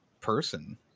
person